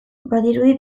badirudi